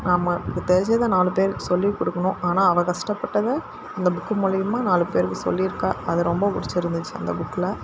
நமக்கு தெரிஞ்சதை நாலு பேருக்கு சொல்லியும் கொடுக்கணும் ஆனால் அவள் கஷ்டப்பட்டதை இந்த புக் மூலயமா நாலு பேருக்கு சொல்லியிருக்காள் அது ரொம்ப பிடிச்சிருந்திச்சி அந்த புக்கில்